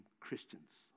Christians